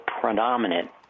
predominant